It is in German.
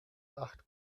acht